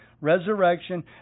Resurrection